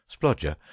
Splodger